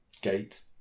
gate